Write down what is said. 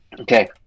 okay